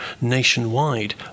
nationwide